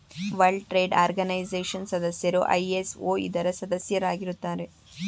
world trade organisation ಸದಸ್ಯರು ಐ.ಎಸ್.ಒ ಇದರ ಸದಸ್ಯರಾಗಿರುತ್ತಾರೆ